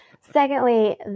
Secondly